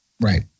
Right